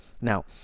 now